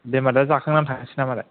दे होमब्लालाय जाखांनान थांसै नामालाय